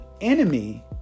enemy